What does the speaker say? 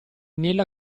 nella